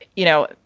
you know,